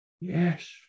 Yes